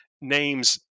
names